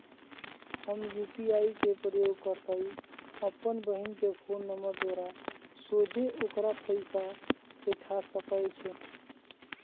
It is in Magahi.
हम यू.पी.आई के प्रयोग करइते अप्पन बहिन के फ़ोन नंबर द्वारा सोझे ओकरा पइसा पेठा सकैछी